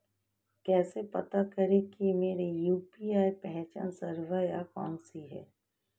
कैसे पता करें कि मेरी यू.पी.आई पहचान संख्या कौनसी है?